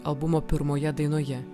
albumo pirmoje dainoje